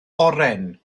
oren